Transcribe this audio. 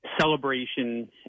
celebration